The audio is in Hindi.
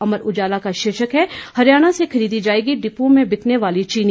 अमर उजाला का शीर्षक है हरियाणा से खरीदी जाएगी डिपुओं में बिकने वाली चीनी